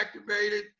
activated